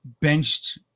benched